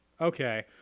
Okay